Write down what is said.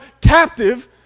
captive